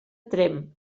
tremp